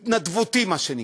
התנדבותי, מה שנקרא,